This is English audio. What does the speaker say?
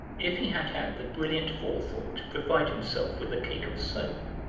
if he had had the brilliant forethought to provide himself with a cake of soap,